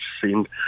seemed